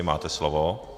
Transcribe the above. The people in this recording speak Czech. Máte slovo.